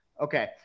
Okay